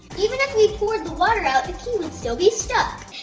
even if we poured the water out, the key would still be stuck.